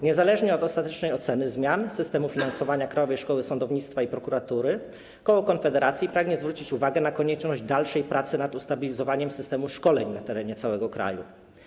Niezależnie od ostatecznej oceny zmian systemu finansowania Krajowej Szkoły Sądownictwa i Prokuratury koło Konfederacji pragnie zwrócić uwagę na konieczność dalszej pracy nad ustabilizowaniem systemu szkoleń na terenie całego kraju.